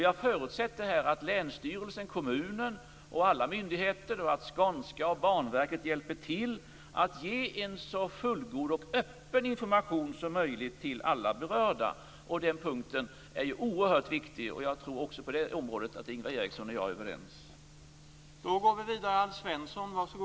Jag förutsätter att länsstyrelsen, kommunen och alla berörda myndigheter liksom Skanska och Banverket hjälper till med att ge en så fullgod och öppen information som möjligt till alla berörda. Den punkten är oerhört viktig. Jag tror att Ingvar Eriksson och jag är överens också på det området.